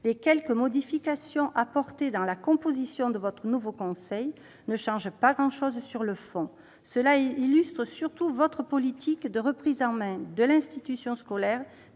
Les quelques modifications apportées dans la composition de votre nouveau conseil ne changent pas grand-chose sur le fond. Elles illustrent surtout votre politique de reprise en main de l'institution scolaire